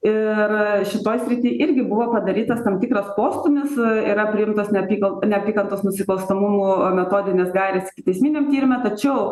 ir šitoj srity irgi buvo padarytas tam tikras postūmis yra priimtos neapykan neapykantos nusikalstamumo metodinės gairės ikiteisminiam tyrimam tačiau